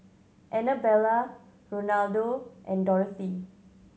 Annabella Ronaldo and Dorothy